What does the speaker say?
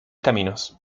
caminos